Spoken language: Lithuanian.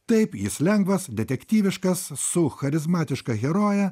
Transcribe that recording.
taip jis lengvas detektyviškas su charizmatiška heroje